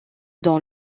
dans